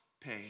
pay